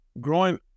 Growing